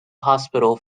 hospital